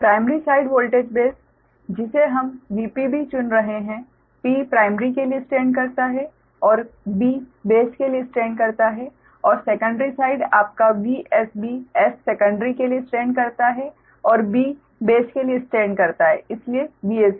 primary side voltage base जिसे हम VpB चुन रहे हैं 'p' प्राइमरी के लिए स्टैंड करता है और 'B' बेस के लिए स्टैंड करता है और सेकंडरी साइड आपका VsB 'S' सेकंडरी के लिए स्टैंड करता है और 'B' बेस के लिए स्टैंड करता है इसलिए VsB